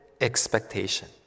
expectation